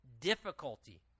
difficulty